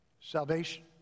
Salvation